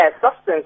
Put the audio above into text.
substance